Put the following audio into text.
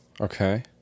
Okay